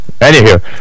Anywho